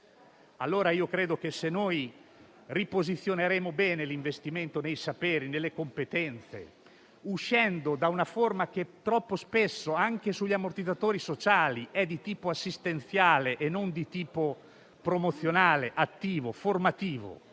del nostro Paese. Dovremo riposizionare bene l'investimento nei saperi, nelle competenze, uscendo da una forma che troppo spesso anche sugli ammortizzatori sociali è di tipo assistenziale e non di tipo promozionale, attivo, formativo.